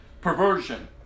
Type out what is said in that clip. perversion